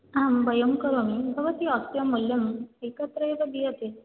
आं वयं करोमि भवती अस्य मूल्यम् एकत्र एव दीयते